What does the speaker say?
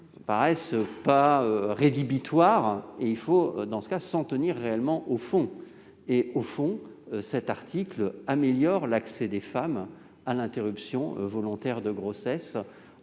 me paraissent pas rédhibitoires, et il faut s'en tenir réellement au fond : cet article améliore l'accès des femmes à l'interruption volontaire de grossesse,